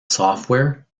software